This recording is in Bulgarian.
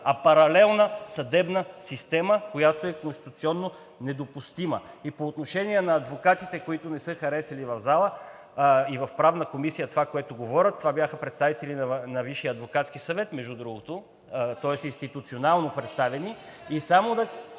а паралелна съдебна система, която е конституционно недопустима. По отношение на адвокатите, които не са харесали в залата и в Правната комисия това, което говорят – това бяха представителите на Висшия адвокатски съвет, между другото, тоест институционално представени.